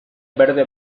berde